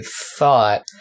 thought